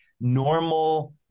normal